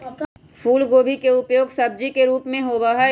फूलगोभी के उपयोग सब्जी के रूप में होबा हई